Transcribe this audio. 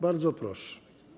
Bardzo proszę.